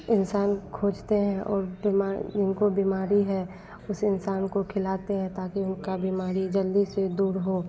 इन्सान खोजते हैं और बिमा जिनको बिमारी है उस इन्सान को खिलाते हैं ताकी उनकी बिमारी जल्दी से दूर हो